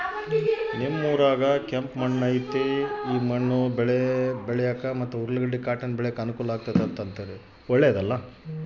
ನಮ್ ಊರಾಗ ಕೆಂಪು ಮಣ್ಣು ಐತೆ ಈ ಮಣ್ಣು ಬೇಳೇನ ಬೆಳ್ಯಾಕ ಮತ್ತೆ ಉರ್ಲುಗಡ್ಡ ಕಾಟನ್ ಬೆಳ್ಯಾಕ ಅನುಕೂಲ ಆಗೆತೆ